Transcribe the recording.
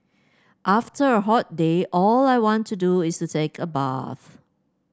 after a hot day all I want to do is take a bath